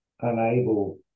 unable